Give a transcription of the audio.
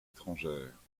étrangère